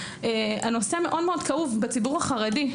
נושא מאוד כאוב בציבור החרדי.